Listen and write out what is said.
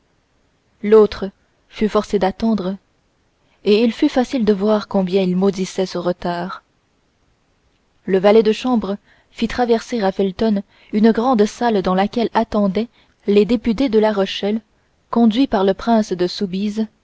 l'autre fut forcé d'attendre et il fut facile de voir combien il maudissait ce retard le valet de chambre fit traverser à felton une grande salle dans laquelle attendaient les députés de la rochelle conduits par le prince de soubise